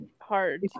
hard